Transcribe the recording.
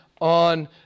on